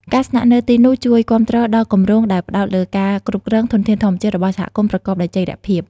ការស្នាក់នៅទីនោះជួយគាំទ្រដល់គម្រោងដែលផ្តោតលើការគ្រប់គ្រង ធនធានធម្មជាតិ របស់សហគមន៍ប្រកបដោយចីរភាព។